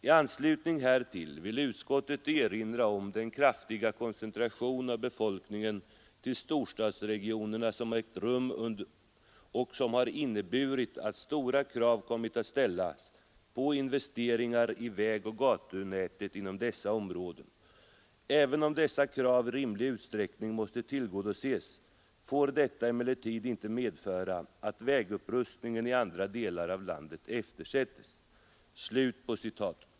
I anslutning härtill vill utskottet erinra om att den kraftiga koncentration av befolkningen till storstadsregionerna som ägt rum har inneburit att stora krav kommit att ställas på investeringar i vägoch gatunät inom dessa områden. Även "om dessa krav i rimlig utsträckning måste tillgodoses delar av landet eftersättes.